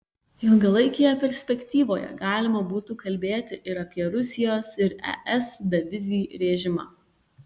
ilgalaikėje perspektyvoje galima būtų kalbėti ir apie rusijos ir es bevizį režimą